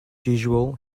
usual